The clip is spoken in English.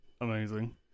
amazing